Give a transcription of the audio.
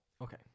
Okay